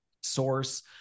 source